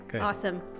Awesome